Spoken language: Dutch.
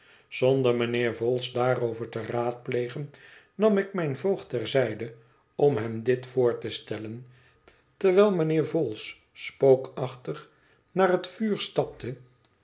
zonder mijnheer vholes daarover te raadplegen nam ik mijn voogd ter zijde om hem dit voor te stellen terwijl mijnheer vholes spookachtig naar het vuur stapte